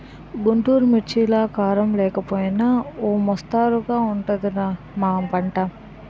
గుంటూరు మిర్చిలాగా కారం లేకపోయినా ఓ మొస్తరుగా ఉంటది రా మా పంట